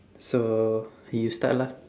so you start lah